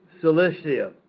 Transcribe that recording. Cilicia